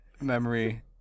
memory